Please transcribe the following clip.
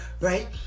right